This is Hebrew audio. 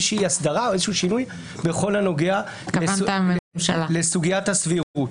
שהיא הסדרה או איזה שהוא שינוי בכל הנוגע לסוגיית הסבירות.